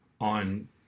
on